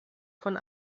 von